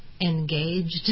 engaged